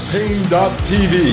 Pain.tv